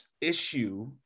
issue